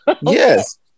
Yes